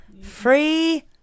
free